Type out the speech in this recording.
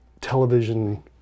television